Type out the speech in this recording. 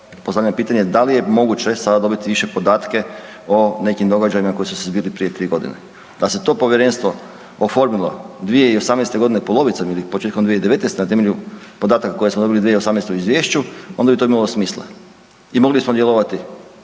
postavljam pitanje da li je moguće sada dobiti više podatke o nekim događajima koji su se zbili prije 3 godine. Da se to povjerenstvo oformilo 2018. godine polovicom ili početkom 2019. na temelju podataka koje smo dobili 2018. u izvješću onda bi to imalo smisla i mogli smo djelovati